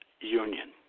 union